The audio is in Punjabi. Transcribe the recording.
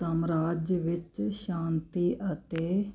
ਸਾਮਰਾਜ ਵਿੱਚ ਸ਼ਾਂਤੀ ਅਤੇ